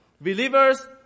believers